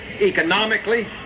economically